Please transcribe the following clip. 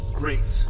great